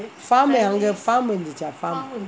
farm அவுங்கே:avunggae farm இருந்துச்சா:irunthucha